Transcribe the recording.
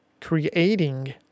creating